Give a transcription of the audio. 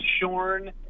shorn